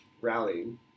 rallying